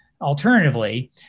alternatively